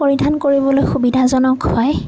পৰিধান কৰিবলৈ সুবিধাজনক হয়